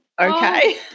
okay